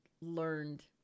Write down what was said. learned